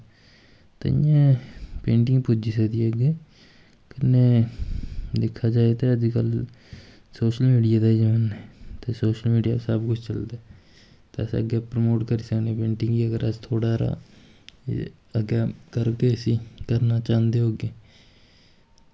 ताइयें पेंटिंग पुज्जी सकदी ऐ अग्गैं कन्नै दिक्खेआ जाए ते अज्जकल सोशल मीडिया दा जमान्ना ऐ ते सोशल मीडिया पर सब कुछ चलदा ऐ ते अस अग्गैं प्रमोट करी सकनें पेंटिंग गी अगर अस थोह्ड़ा हारा एह् अग्गैं करगे इसी करना चांह्दे होगे